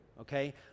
okay